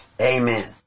Amen